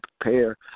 prepare